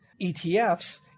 ETFs